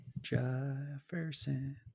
Jefferson